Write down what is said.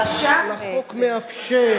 בפועל הרשם בעצם, אבל החוק מאפשר,